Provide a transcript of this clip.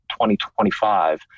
2025